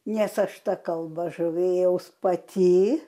nes aš ta kalba žavėjaus pati